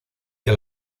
que